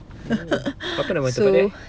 oh apa nama tempat dia eh